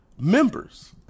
members